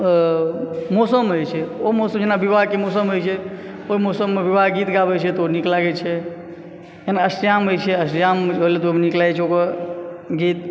मौसम होइ छै ओ मौसम जेना विवाह के मौसम होइ छै ओहि मौसम मे विवाह के गीत गाबै छै तऽ ओ नीक लागै छै एहिना अष्टज्याम होइ छै अष्टज्याम भेलै तऽ ओहिमे नीक लागै छै ओकर गीत